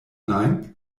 nein